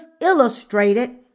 illustrated